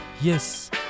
yes